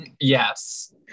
Yes